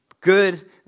good